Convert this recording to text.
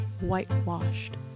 whitewashed